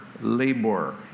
labor